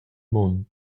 mund